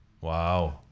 Wow